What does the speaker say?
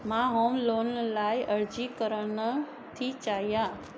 मां home loan लाइ अर्ज़ी करण थी चाहियां